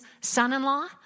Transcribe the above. son-in-law